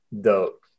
Dope